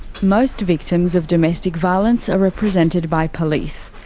most victims of domestic violence are represented by police.